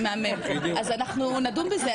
אז אנחנו נדון בזה,